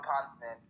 continent